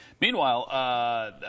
Meanwhile